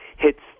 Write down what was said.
hits